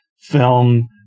film